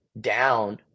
down